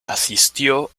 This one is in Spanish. asistió